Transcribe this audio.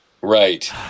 Right